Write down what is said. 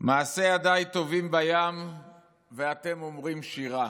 "מעשי ידיי טובעים בים ואתם אומרים שירה",